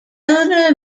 elinor